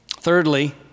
Thirdly